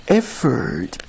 effort